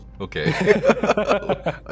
okay